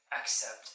Accept